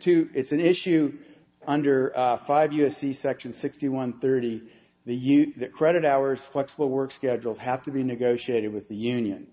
too it's an issue under five u s c section sixty one thirty the huge credit hours flexible work schedules have to be negotiated with the union